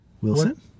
Wilson